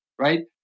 right